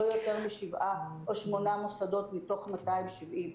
יותר משבעה או שמונה מוסדות מתוך 270,